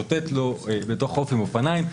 משוטט לו בתוך החוף עם אופניים.